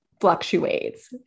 fluctuates